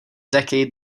decade